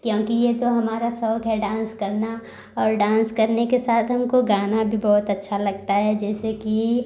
क्योंकि ये तो हमारा शौक़ है डांस करना और डांस करने के साथ हमको गाना भी बहुत अच्छा लगता है जैसे कि